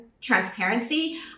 transparency